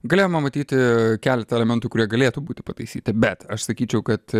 galėjome matyti keletą elementų kurie galėtų būti pataisyti bet aš sakyčiau kad